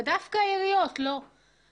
ודווקא העיריות לא עושות זאת.